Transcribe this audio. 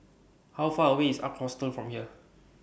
How Far away IS Ark Hostel from here